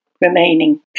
remaining